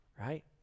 Right